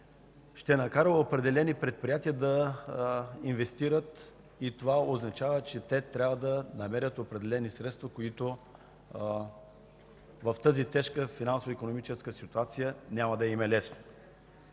ще накара определени предприятия да инвестират. Това означава, че те трябва да намерят определени средства и в тази тежка финансова икономическа ситуация няма да им е лесно.